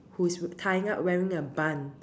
who's tying up wearing a bun